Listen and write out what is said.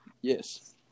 Yes